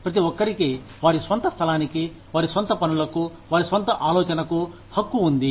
ప్రతి ఒక్కరికి వారి స్వంత స్థలానికి వారి సొంత పనులకు వారి స్వంత ఆలోచనకు హక్కు ఉంది